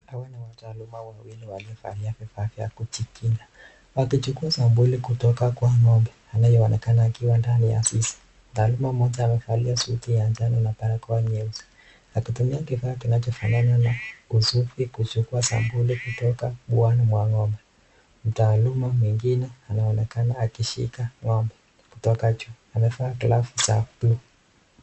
Hawa ni wataalamu wawili waliovalia vifaa vya kujikinga. Wakichukua sampuli kutoka kwa ng'ombe. Anayeonekana akiwa ndani ya zizi. Mtaalamu mmoja amevalia suti ya njano na barakoa nyeusi. Akitumia kifaa kinachofanana na usufi kuchukua sampuli kutoka boma la ng'ombe. Mtaalamu mwingine anaonekana akishika ng'ombe kutoka juu. Amevaa glavu za blue .